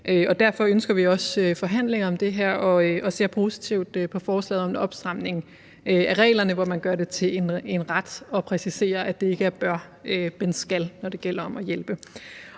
Derfor ønsker vi også forhandlinger om det her og ser positivt på forslaget om en opstramning af reglerne, hvor man gør det til en ret og præciserer, at det ikke er »bør«, men »skal«, når det gælder om at hjælpe.